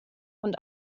und